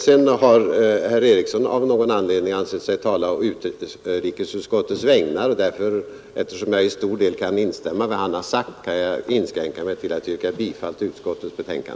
Herr Ericson i Örebro har av någon anledning ansett sig tala på utrikesutskottets vägnar och eftersom jag till stor del kan instämma i vad han sagt skall jag inskränka mig till att yrka bifall till utskottets hemställan.